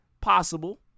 Possible